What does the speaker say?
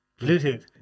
Bluetooth